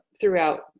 throughout